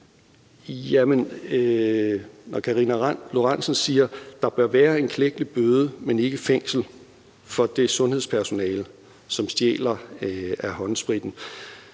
SF's Karina Lorentzen Dehnhardt siger, at der bør være en klækkelig bøde, men ikke fængselsstraf, for det sundhedspersonale, som stjæler af håndspritten,